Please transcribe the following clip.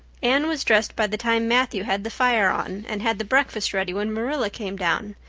anne was dressed by the time matthew had the fire on and had the breakfast ready when marilla came down,